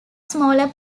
smaller